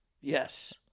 Yes